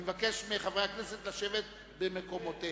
אני מבקש מחברי הכנסת לשבת במקומותיהם.